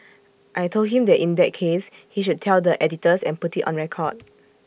I Told him that in that case he should tell the editors and put IT on record